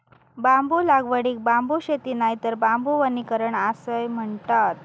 बांबू लागवडीक बांबू शेती नायतर बांबू वनीकरण असाय म्हणतत